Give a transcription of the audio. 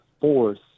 force